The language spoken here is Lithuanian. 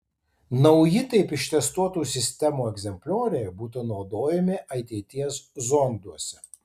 nauji taip ištestuotų sistemų egzemplioriai būtų naudojami ateities zonduose